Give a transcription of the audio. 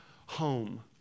home